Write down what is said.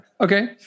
Okay